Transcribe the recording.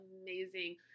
amazing